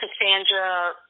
Cassandra